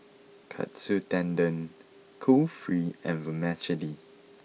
Katsu Tendon Kulfi and Vermicelli